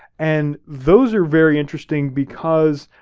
and those are very interesting because,